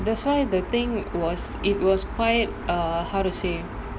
that's why the thing was it was quite err how to say